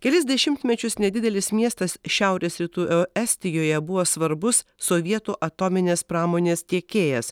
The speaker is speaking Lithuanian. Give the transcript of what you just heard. kelis dešimtmečius nedidelis miestas šiaurės rytų estijoje buvo svarbus sovietų atominės pramonės tiekėjas